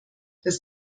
das